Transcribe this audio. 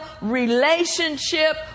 relationship